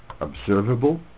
observable